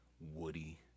Woody